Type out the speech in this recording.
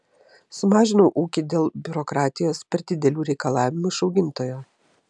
sumažinau ūkį dėl biurokratijos per didelių reikalavimų iš augintojo